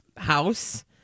house